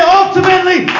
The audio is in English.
ultimately